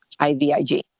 IVIG